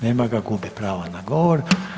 Nema ga, gubi pravo na govor.